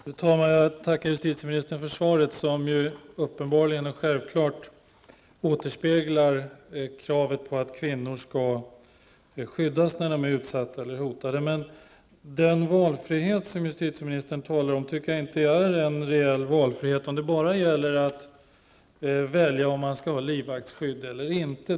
Fru talman! Jag tackar justitieministern för svaret som uppenbarligen och självklart återspeglar kravet på att kvinnor skall skyddas när de är utsatta eller hotade. Men jag tycker inte att den valfrihet som justitieministern talar om är en reell valfrihet om det bara gäller att välja om man skall ha livvaktsskydd eller inte.